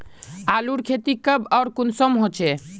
आलूर खेती कब आर कुंसम होचे?